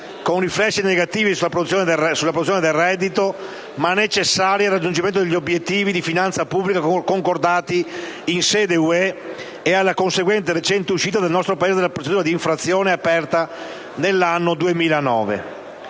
con riflessi negativi sulla produzione del reddito, ma necessarie al raggiungimento degli obiettivi di finanza pubblica concordati in sede di Unione europea e alla conseguente recente uscita del nostro Paese dalla procedura di infrazione aperta nell'anno 2009.